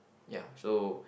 ya so